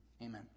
Amen